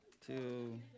two